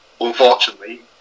unfortunately